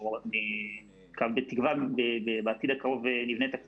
אנחנו בתקווה בעתיד הקרוב נבנה תקציב